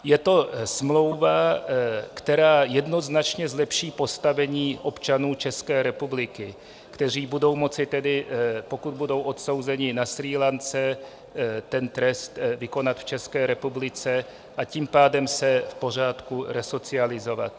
Je to smlouva, která jednoznačně zlepší postavení občanů České republiky, kteří budou moci, pokud budou odsouzeni na Srí Lance, trest vykonat v České republice, a tím pádem se v pořádku resocializovat.